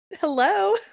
hello